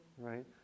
Right